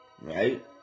Right